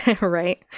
right